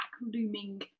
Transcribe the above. looming